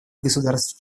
государств